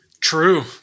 True